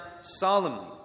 solemnly